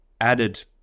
added